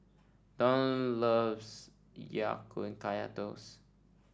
Dion loves Ya Kun Kaya Toast